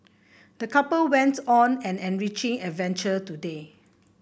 the couple went on an enriching adventure today